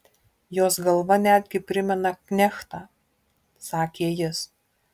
jos galva netgi primena knechtą sakė jis